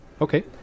Okay